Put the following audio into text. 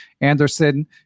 Anderson